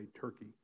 Turkey